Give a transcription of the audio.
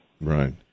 Right